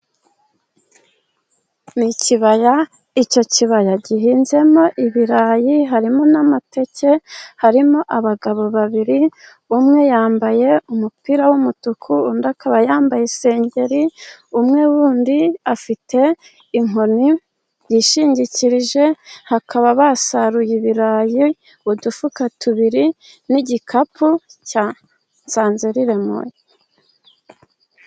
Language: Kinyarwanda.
Mu kibaya icyo kibaya gihinzemo ibirayi harimo n'amateke harimo abagabo babiri umwe yambaye umupira w'umutuku. Undi akaba yambaye isengeri umwe wundi afite inkoni yishingikirije bakaba basaruye ibirayi udufuka tubiri n'igikapu cya nsanziriremo.